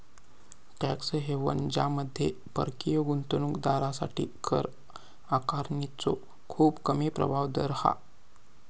tax haven ज्यामध्ये परकीय गुंतवणूक दारांसाठी कर आकारणीचो खूप कमी प्रभावी दर हा